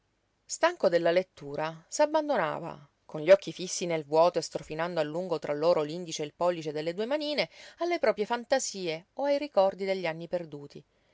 stanco della lettura s'abbandonava con gli occhi fissi nel vuoto e strofinando a lungo tra loro l'indice e il pollice delle due manine alle proprie fantasie o ai ricordi degli anni perduti